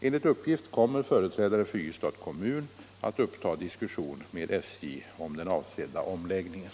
Enligt uppgift kommer företrädare för Ystads kommun att uppta diskussion med SJ om den avsedda omläggningen.